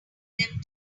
them